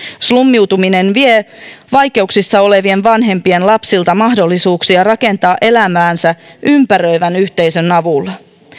slummiutuminen vie vaikeuksissa olevien vanhempien lapsilta mahdollisuuksia rakentaa elämäänsä ympäröivän yhteisön avulla